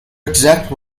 exact